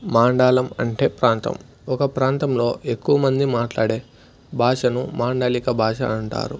మాండలం అంటే ప్రాంతం ఒక ప్రాంతంలో ఎక్కువ మంది మాట్లాడే భాషను మాండలిక భాష అంటారు